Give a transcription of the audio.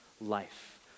life